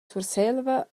surselva